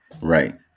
Right